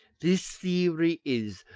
this theory is,